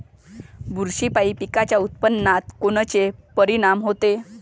बुरशीपायी पिकाच्या उत्पादनात कोनचे परीनाम होते?